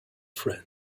friend